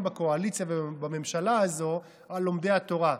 בקואליציה ובממשלה הזאת על לומדי התורה.